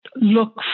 look